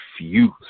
refuse